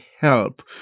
help